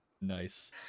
Nice